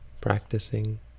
practicing